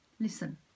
Listen